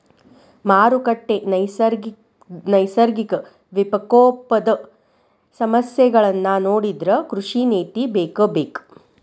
ಮಾರುಕಟ್ಟೆ, ನೈಸರ್ಗಿಕ ವಿಪಕೋಪದ ಸಮಸ್ಯೆಗಳನ್ನಾ ನೊಡಿದ್ರ ಕೃಷಿ ನೇತಿ ಬೇಕಬೇಕ